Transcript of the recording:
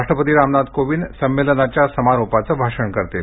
राष्ट्रपती रामनाथ कोविंद संमेलनाच्या समारोपाचं भाषण करतील